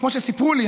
כמו שסיפרו לי,